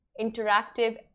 interactive